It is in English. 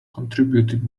contributed